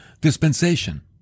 dispensation